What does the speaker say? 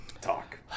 talk